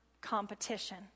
competition